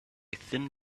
thin